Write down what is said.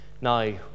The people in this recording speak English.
Now